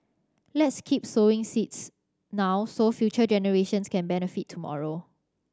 let's keep sowing seeds now so future generations can benefit tomorrow